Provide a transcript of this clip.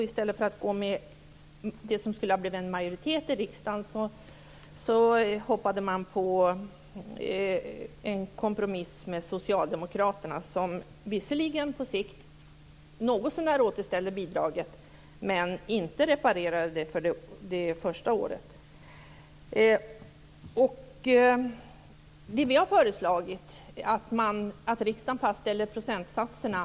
I stället för att gå med det som skulle ha blivit en majoritet i riksdagen hoppade Centerpartiet på en kompromiss med Socialdemokraterna. Det återställde visserligen på sikt bidraget någotsånär, men det reparerade inte bidraget det första året. Vi har föreslagit att riksdagen fastställer procentsatserna.